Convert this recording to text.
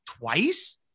twice